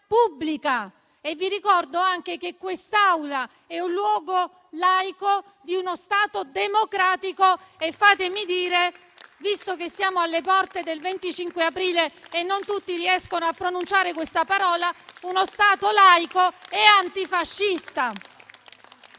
pubblica. Vi ricordo anche che quest'Aula è un luogo laico di uno Stato democratico e - fatemelo dire, visto che siamo alle porte del 25 aprile e non tutti riescono a pronunciare questa parola - di uno Stato laico e antifascista.